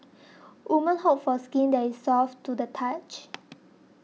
women hope for skin that is soft to the touch